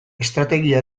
estrategia